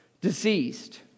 deceased